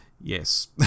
Yes